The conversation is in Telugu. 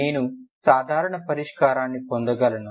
నేను సాధారణ పరిష్కారాన్ని పొందగలను